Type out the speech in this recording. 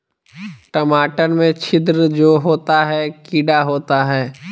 टमाटर में छिद्र जो होता है किडा होता है?